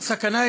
סכנה,